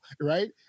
Right